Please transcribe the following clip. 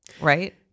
right